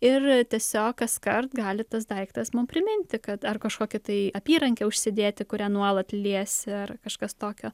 ir tiesiog kaskart gali tas daiktas mum priminti kad ar kažkokį tai apyrankę užsidėti kurią nuolat liesi ar kažkas tokio